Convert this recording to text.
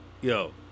Yo